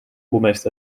almost